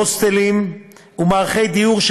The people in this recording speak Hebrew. הוסטלים ומערכי דיור,